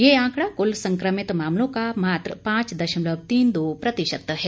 यह आंकडा क्ल संक्रमित मामलों का मात्र पांच दशमलव तीन दो प्रतिशत है